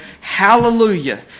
Hallelujah